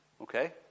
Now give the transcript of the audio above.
Okay